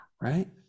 Right